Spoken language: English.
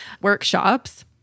workshops